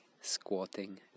squatting